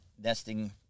nesting